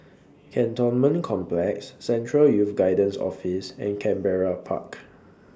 Cantonment Complex Central Youth Guidance Office and Canberra Park